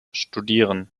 studieren